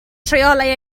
rheolau